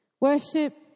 Worship